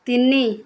ତିନି